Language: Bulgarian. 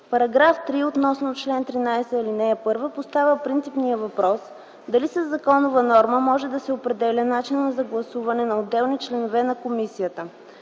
параграф 3 относно чл. 13, ал. 1 поставя принципния въпрос дали със законова норма може да се определя начинът за гласуване на отделни членове на комисията.